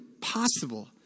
possible